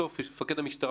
בסוף מפקד המשטרה,